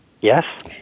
yes